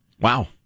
Wow